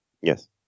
Yes